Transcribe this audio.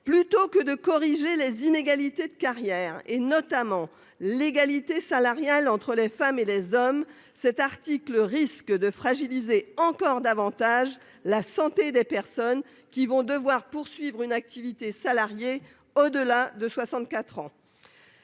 Au lieu de corriger les inégalités de carrière, notamment l'égalité salariale entre les femmes et les hommes, cet article risque de fragiliser encore davantage la santé des personnes qui vont devoir poursuivre une activité salariée au-delà de 64 ans.